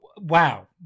Wow